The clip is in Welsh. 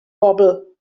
bobl